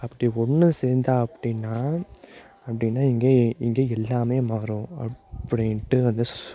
அப்படி ஒன்று சேர்ந்தா அப்படின்னா அப்படின்னா இங்கே இங்கே எல்லாம் மாறும் அப்படின்ட்டு வந்து